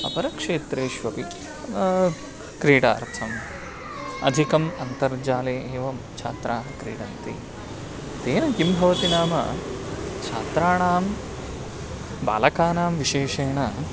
अपर क्षेत्रेष्वपि क्रीडार्थम् अधिकम् अन्तर्जाले एवं छात्राः क्रीडन्ति तेन किं भवति नाम छात्राणां बालकानां विशेषेण